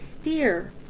steer